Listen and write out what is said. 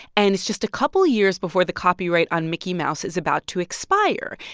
and it's just a couple of years before the copyright on mickey mouse is about to expire.